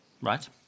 Right